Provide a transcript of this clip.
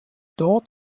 dort